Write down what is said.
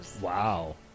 wow